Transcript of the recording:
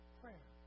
prayer